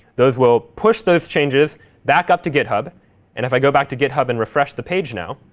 those will push those changes back up to github. and if i go back to github and refresh the page now,